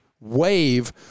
wave